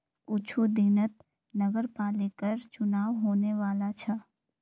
कुछू दिनत नगरपालिकर चुनाव होने वाला छ